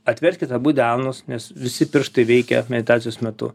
atverskit abu delnus nes visi pirštai veikia meditacijos metu